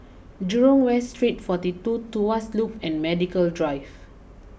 Jurong West Street forty two Tuas Loop and Medical Drive